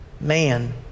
man